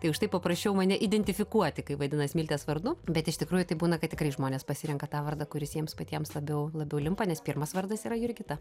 tai užtai paprašiau mane identifikuoti kaip vaidina smiltės vardu bet iš tikrųjų tai būna kad tikri žmonės pasirenka tą vardą kuris jiems patiems labiau labiau limpa nes pirmas vardas yra jurgita